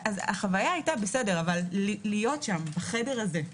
החוויה היתה בסדר, אבל להיות שם בחדר הזה,